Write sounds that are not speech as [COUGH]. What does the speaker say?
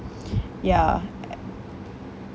[NOISE] y [NOISE]